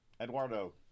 Eduardo